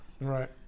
Right